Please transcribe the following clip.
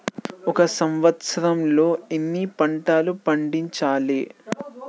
ఒక సంవత్సరంలో ఎన్ని పంటలు పండించాలే?